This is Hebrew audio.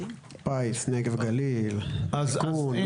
עשה גליץ' בשפה שלהם.